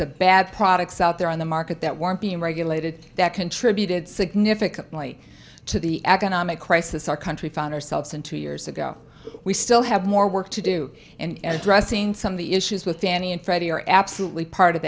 of bad products out there on the market that weren't being regulated that contributed significantly to the economic crisis our country found ourselves in two years ago we still have more work to do and addressing some of the issues with fannie and freddie are absolutely part of